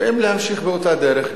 ואם להמשיך באותה דרך,